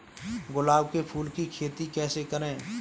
गुलाब के फूल की खेती कैसे करें?